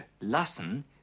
Lassen